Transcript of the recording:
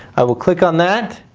i will click on that.